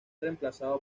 reemplazado